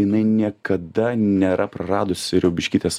jinai niekada nėra praradusi riaubiškytės